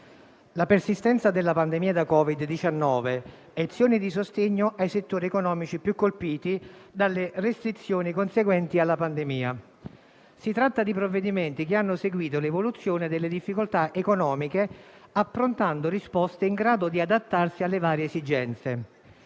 carattere progressivo, azioni di sostegno ai settori economici più colpiti dalle restrizioni conseguenti alla pandemia. Si tratta di provvedimenti che hanno seguito l'evoluzione delle difficoltà economiche, approntando risposte in grado di adattarsi alle varie esigenze.